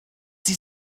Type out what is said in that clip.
sie